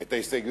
לא.